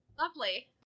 lovely